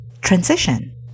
transition